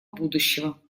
будущего